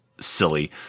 silly